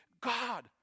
God